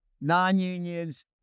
non-unions